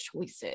choices